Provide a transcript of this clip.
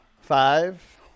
Five